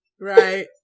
Right